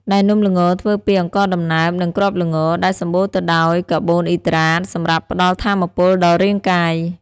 ដែលនំល្ងធ្វើពី អង្ករដំណើប និង គ្រាប់ល្ង ដែលសម្បូរទៅដោយ កាបូនអ៊ីដ្រាត សម្រាប់ផ្ដល់ថាមពលដល់រាងកាយ។